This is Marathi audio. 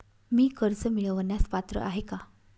मी कर्ज मिळवण्यास पात्र आहे का?